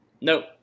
Nope